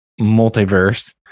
multiverse